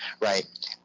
Right